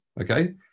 Okay